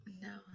no